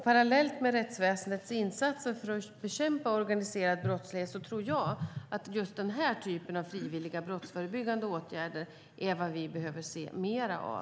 Parallellt med rättsväsendets insatser för att bekämpa organiserad brottslighet är, tror jag, just den här typen av frivilliga brottsförebyggande åtgärder vad vi behöver se mer av.